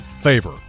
Favor